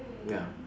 ya